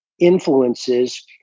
influences